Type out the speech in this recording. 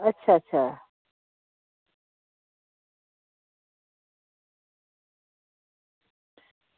अच्छा अच्छा